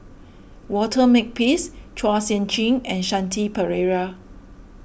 Walter Makepeace Chua Sian Chin and Shanti Pereira